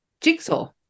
Jigsaw